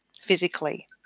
physically